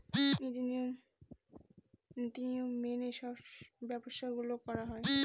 নীতি নিয়ম মেনে সব ব্যবসা গুলো করা হয়